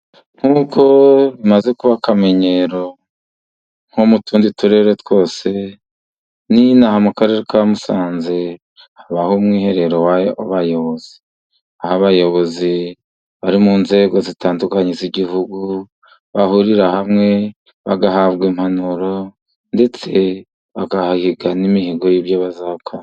Nk'uko bimaze kuba akamenyero nko mu tundi turere twose, n'ino aha mu karere ka Musanze habaho umwiherero w'abayobozi. Aho abayobozi bari mu nzego zitandukanye z'igihugu bahurira hamwe, bagahabwa impanuro, ndetse bagahahiga n'imihigo y'ibyo bazakora.